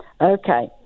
Okay